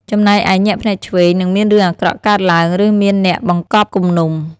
ចំណែកឯ ញាក់ភ្នែកឆ្វេង នឹងមានរឿងអាក្រក់កើតឡើង ឬមានអ្នកបង្កប់គំនុំ។